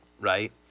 right